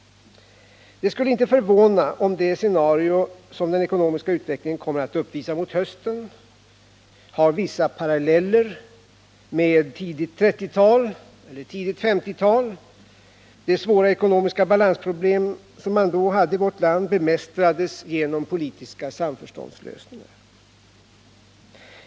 Det skulle inte förvåna om det scenario som den ekonomiska utvecklingen kommer att uppvisa mot hösten har vissa paralleller med tidigt 1930-tal eller tidigt 1950-tal. De svåra ekonomiska balansproblem som man då hade i vårt land bemästrades genom politiska samförståndslösningar.